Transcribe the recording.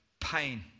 pain